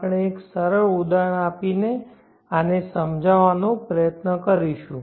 આપણે એક સરળ ઉદાહરણ આપીને આને સમજવાનો પ્રયત્ન કરીશું